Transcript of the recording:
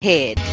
Head